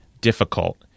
difficult